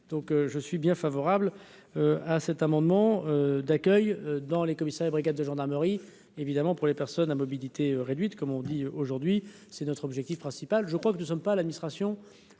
je suis bien favorable à cet amendement d'accueil dans les commissariats, brigades de gendarmerie évidemment pour les personnes à mobilité réduite, comme on dit aujourd'hui, c'est notre objectif principal, je crois que nous sommes pas l'administration